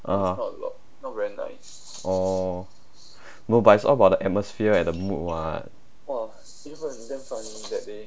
uh oh no but is all about the atmosphere and the mood [what]